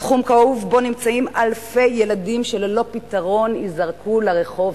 תחום כאוב שבו נמצאים אלפי ילדים שללא פתרון ייזרקו לרחוב,